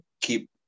keep